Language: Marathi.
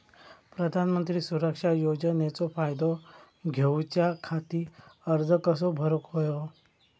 प्रधानमंत्री सुरक्षा योजनेचो फायदो घेऊच्या खाती अर्ज कसो भरुक होयो?